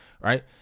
Right